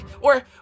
Or-